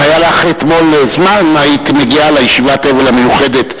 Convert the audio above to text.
אם היה לך אתמול זמן היית מגיעה לישיבת האבל המיוחדת.